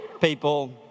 people